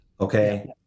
okay